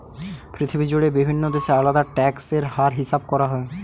পৃথিবী জুড়ে বিভিন্ন দেশে আলাদা ট্যাক্স এর হার হিসাব করা হয়